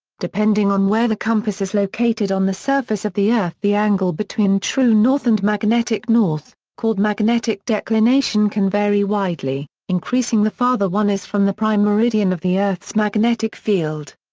depending on where the compass is located on the surface of the earth the angle between true north and magnetic north, called magnetic declination can vary widely, increasing the farther one is from the prime meridian of the earth's magnetic field.